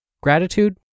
Gratitude